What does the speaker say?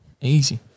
easy